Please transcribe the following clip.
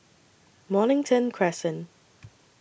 Mornington Crescent